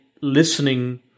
listening